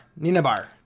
Ninabar